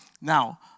now